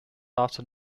after